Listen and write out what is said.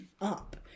up